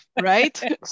right